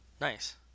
Nice